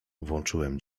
włączyłem